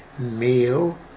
meal